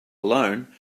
alone